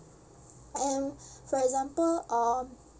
and for example um